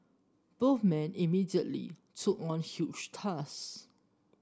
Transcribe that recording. both men immediately took on huge tasks